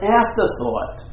afterthought